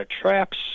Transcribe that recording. traps